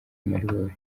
amaribori